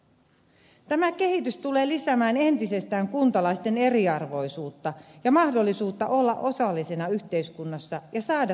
tämä kehitys tulee lisäämään entisestään kuntalaisten eriarvoisuutta ja mahdollisuutta olla osallisena yhteiskunnassa ja saada tarvittavia palveluja